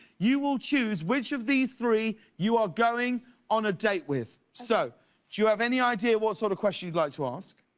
you will choose which of these three you are going on a date with. so do you have any idea what sort of question you would like to ask?